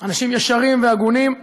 אנשים ישרים והגונים.